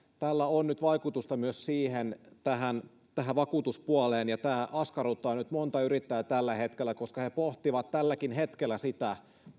tällä on nyt vaikutusta myös tähän tähän vakuutuspuoleen tämä askarruttaa nyt monta yrittäjää tällä hetkellä koska he pohtivat tälläkin hetkellä sitä